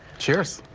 cheers.